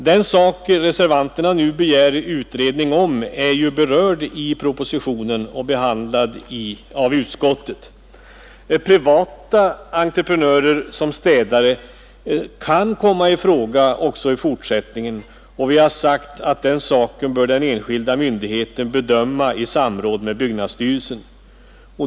Den sak reservanterna nu begär utredning om är ju berörd i propositionen och behandlad av utskottet. Privata entreprenörer som städare kan komma i fråga också i fortsättningen, och vi har sagt att den saken bör den enskilda myndigheten bedöma i samråd med byggnadsstyrelsen.